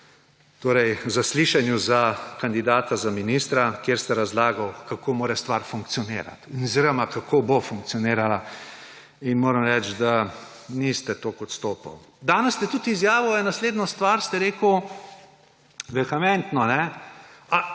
torej zaslišanju za kandidata za ministra, kjer ste razlagali, kako mora stvar funkcionirat oziroma kako bo funkcionirala. In moram reči, da niste toliko odstopali. Danes ste tudi izjavili naslednjo stvar. Vehementno ste